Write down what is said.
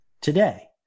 today